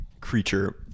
creature